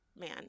man